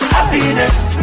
Happiness